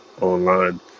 online